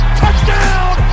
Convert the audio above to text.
touchdown